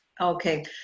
Okay